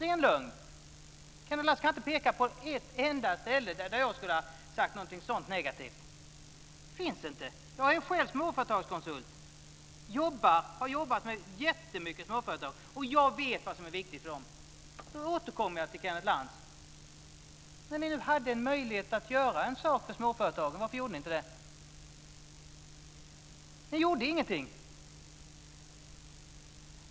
Kenneth Lantz kan inte peka på ett enda ställe där jag skulle ha sagt något sådant negativt. Det finns inte. Jag är själv småföretagskonsult. Jag har jobbat med jättemånga småföretag, och jag vet vad som är viktigt för dem. Jag återkommer då till Kenneth Lantz: När ni nu hade en möjlighet att göra en sak för småföretagen, varför gjorde ni inte det? Ni gjorde ingenting.